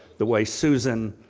the way susan